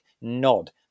nod